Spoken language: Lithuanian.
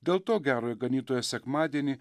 dėl to gerojo ganytojo sekmadienį